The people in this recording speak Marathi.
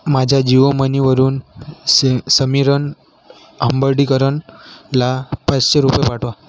माझ्या जिओ मनीवरून स समीरन हंबर्डीकरनला पाचशे रुपये पाठवा